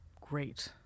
great